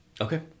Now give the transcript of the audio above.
okay